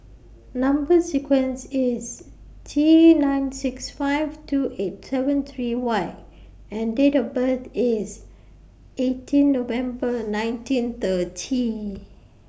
Number sequence IS T nine six five two eight seven three Y and Date of birth IS eighteen November nineteen thirty